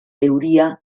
euria